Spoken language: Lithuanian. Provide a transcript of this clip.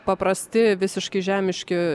paprasti visiškai žemiški